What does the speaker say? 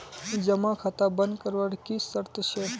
जमा खाता बन करवार की शर्त छे?